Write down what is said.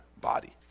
body